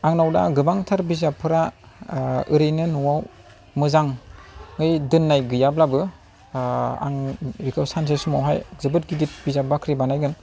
आंनाव दा गोबांथार बिजाबफोरा ओरैनो न'आव मोजांयै दोननाय गैयाब्लाबो आं बेखौ सानसे समावहाय जोबोद गिदिर बिजाब बाख्रि बानायगोन